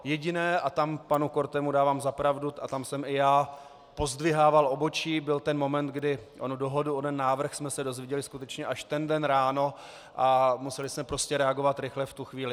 Jediné a tam panu Kortemu dávám za pravdu a tam jsem i já pozdvihával obočí byl ten moment, kdy onu dohodu, onen návrh, jsme se dozvěděli skutečně až ten den ráno a museli jsme prostě reagovat rychle v tu chvíli.